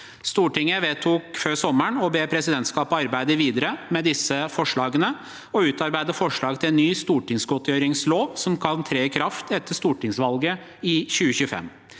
Stortinget vedtok før sommeren å be presidentskapet arbeide videre med disse forslagene og utarbeide forslag til en ny stortingsgodtgjøringslov som kan tre i kraft etter stortingsvalget i 2025.